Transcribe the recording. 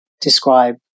describe